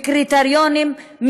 וקריטריונים,